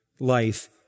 life